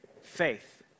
faith